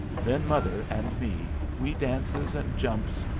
then mother and me we dances and jumps,